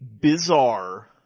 bizarre